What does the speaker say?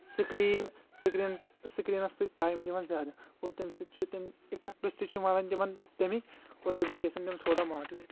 screen screen screens سۭتۍ time دِوان زیادٕ اور تمہِ سۭتۍ چھُ تِم اِفیکٹٕس تہِ چھ ونان تِمن تمیِکۍ اور تمہِ سۭتۍ گژھن تِم تھوڑا ماٹویٹ